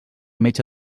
metge